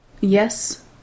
Yes